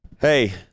hey